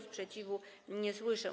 Sprzeciwu nie słyszę.